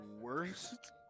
worst